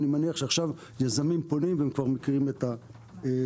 ואני מניח שעכשיו יזמים פונים והם כבר מכינים את הזה.